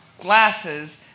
glasses